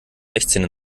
sechzehn